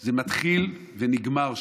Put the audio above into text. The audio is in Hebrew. זה מתחיל ונגמר שם,